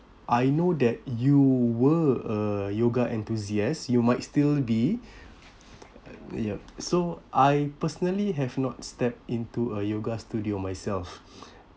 I know that you were a yoga enthusiast you might still be yup so I personally have not stepped into a yoga studio myself